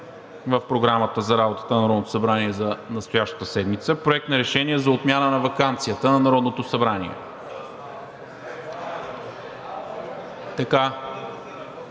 в Програмата за работата на Народното събрание за настоящата седмица Проект на решение за отмяна на ваканцията на Народното събрание.